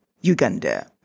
Uganda